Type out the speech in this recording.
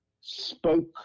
spoke